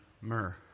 myrrh